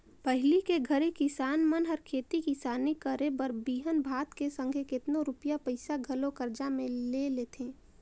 पहिली के घरी किसान मन हर खेती किसानी करे बर बीहन भात के संघे केतनो रूपिया पइसा घलो करजा में ले लेथें